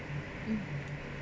mm